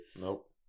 Nope